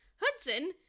Hudson